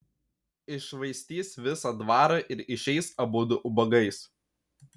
iššvaistys visą dvarą ir išeis abudu ubagais